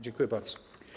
Dziękuję bardzo.